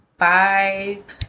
five